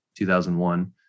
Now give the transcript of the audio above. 2001